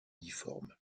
difforme